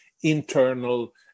internal